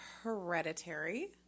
*Hereditary*